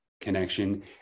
connection